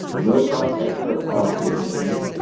no cost expert policy assistance,